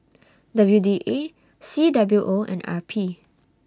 W D A C W O and R P